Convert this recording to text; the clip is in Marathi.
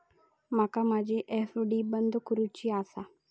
माका माझी एफ.डी बंद करुची आसा